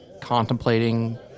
contemplating